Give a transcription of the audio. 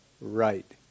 right